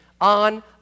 on